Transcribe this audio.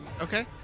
Okay